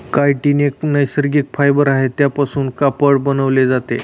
chitin एक नैसर्गिक fibre आहे त्यापासून कापड बनवले जाते